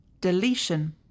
deletion